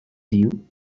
you